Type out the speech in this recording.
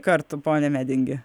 kartų pone medingi